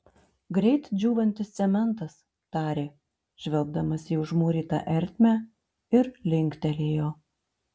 greit džiūvantis cementas tarė žvelgdamas į užmūrytą ertmę ir linktelėjo